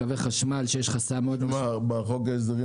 לקווי חשמל שיש חסם --- בחוק ההסדרים